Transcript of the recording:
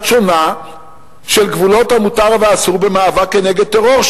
שונה של גבולות המותר והאסור במאבק כנגד טרור,